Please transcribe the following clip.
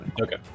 Okay